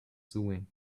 sewing